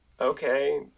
Okay